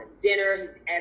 dinner